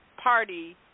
Party